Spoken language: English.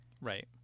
Right